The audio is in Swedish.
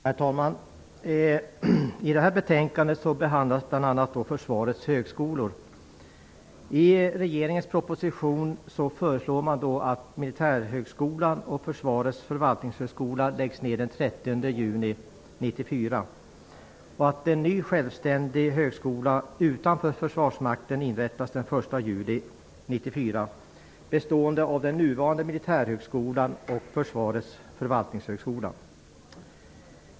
Herr talman! I det här betänkandet behandlas bl.a. Militärhögskolan och Försvarets förvaltningshögskola läggs ner den 30 juni 1994 och att en ny självständig högskola utanför försvarsmakten inrättas den 1 juli 1994, bestående av den nuvarande Militärhögskolan och Försvarets förvaltningshögskola.